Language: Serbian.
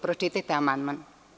Pročitajte amandman.